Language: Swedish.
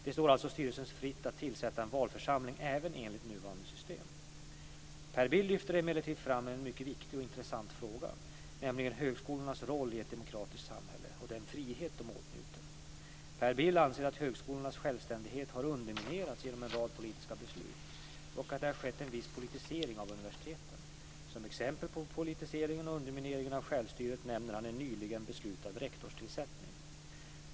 Det står alltså styrelsen fritt att tillsätta en valförsamling även enligt nuvarande system. Per Bill lyfter emellertid fram en mycket viktig och intressant fråga, nämligen högskolornas roll i ett demokratiskt samhälle och den frihet de åtnjuter. Per Bill anser att högskolornas självständighet har underminerats genom en rad politiska beslut och att det har skett en viss politisering av universiteten. Som exempel på politiseringen och undermineringen av självstyret nämner han en nyligen beslutad rektorstillsättning.